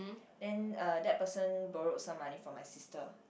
then uh that person borrowed some money from my sister